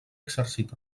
exercit